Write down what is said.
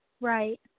Right